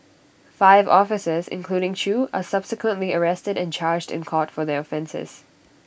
five officers including chew are subsequently arrested and charged in court for their offences